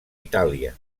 itàlia